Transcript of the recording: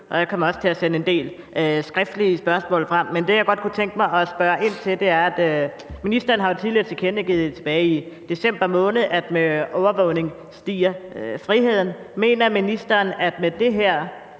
og jeg kommer også til at fremsende en del skriftlige spørgsmål. Men det, jeg godt kunne tænke mig at spørge ind til, er, at ministeren jo tilbage i december måned har tilkendegivet, at med overvågning stiger friheden . Mener ministeren, at friheden for